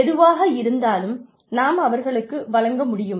எதுவாக இருந்தாலும் நாம் அவர்களுக்கு வழங்க முடியும்